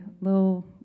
little